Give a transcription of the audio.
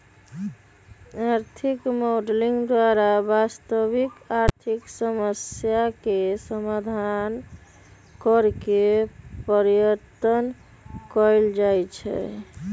आर्थिक मॉडलिंग द्वारा वास्तविक आर्थिक समस्याके समाधान करेके पर्यतन कएल जाए छै